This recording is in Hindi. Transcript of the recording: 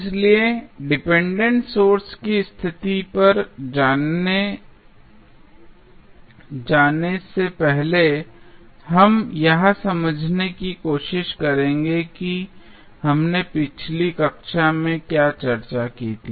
इसलिए डिपेंडेंट सोर्स की स्थिति पर जाने से पहले हम यह समझने की कोशिश करें कि हमने पिछली कक्षा में क्या चर्चा की थी